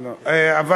יש לך